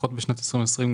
לפחות בשנת 2020,